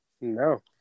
No